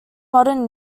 modern